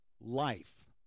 life